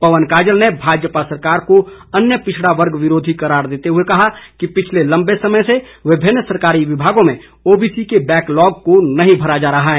पवन काजल ने भाजपा सरकार को अन्य पिछड़ा वर्ग विरोधी करार देते हुए कहा कि पिछले लम्बे समय से विभिन्न सरकारी विभागों में ओबीसी के बैक लॉग को नहीं भरा जा रहा है